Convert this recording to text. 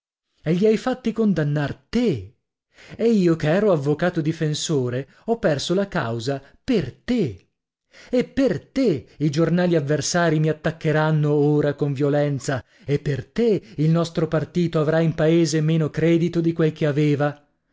e gli hai fatti condannar te e io che ero avvocato difensore ho perso la causa per te e per te i giornali avversari mi attaccheranno ora con violenza e per te il nostro partito avrà in paese meno credito di quel che aveva